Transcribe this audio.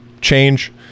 change